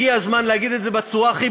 הגיע הזמן להגיד את זה בצורה הכי